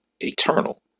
eternal